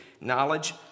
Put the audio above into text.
knowledge